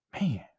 Man